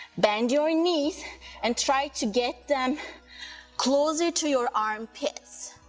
bend your knees and try to get them closer to your armpits,